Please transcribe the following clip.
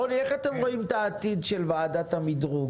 רוני, איך אתם רואים את העתיד של ועדת המדרוג?